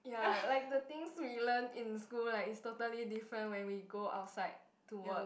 ya like the things we learn in school like is totally different when we go outside to work